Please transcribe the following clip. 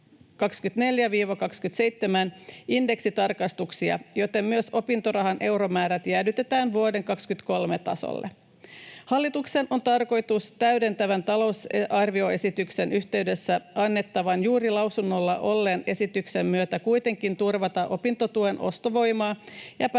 joten myös opintorahan euromäärät jäädytetään vuoden 23 tasolle. Hallituksen on tarkoitus täydentävän talousarvioesityksen yhteydessä annettavan, juuri lausunnoilla olleen esityksen myötä kuitenkin turvata opintotuen ostovoimaa ja päätoimisen